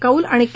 कौल आणि के